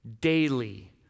daily